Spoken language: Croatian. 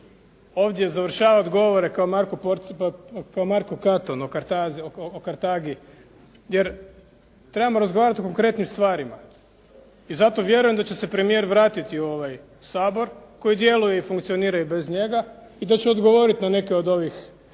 ovdje završavati govore kao Marko Porcije Katonat o Kartagi, jer trebamo razgovarati o konkretnim stvarima. I zato vjerujem da će se premijer vratiti u ovaj Sabor koji djeluje i funkcionira i bez njega i da će odgovoriti na neke od ovih